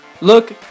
Look